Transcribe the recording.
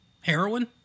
Heroin